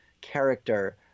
character